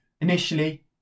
initially